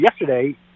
yesterday